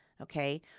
okay